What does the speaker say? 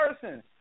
person